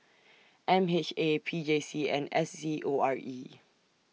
M H A P J C and S C O R E